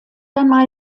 einmal